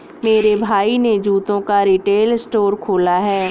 मेरे भाई ने जूतों का रिटेल स्टोर खोला है